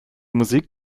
musik